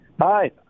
Hi